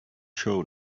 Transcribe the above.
show